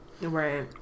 Right